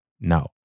no